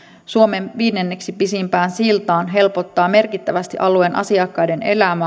suomen viidenneksi pisimpään siltaan helpottaa merkittävästi alueen asukkaiden elämää